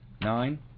Nine